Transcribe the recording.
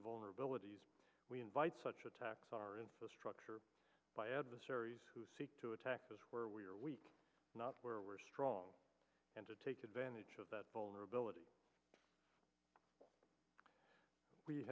vulnerabilities we invite such attacks on our infrastructure by adversaries who seek to attack us where we are weak not where we're strong and to take advantage of that vulnerability we